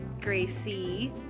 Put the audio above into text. Gracie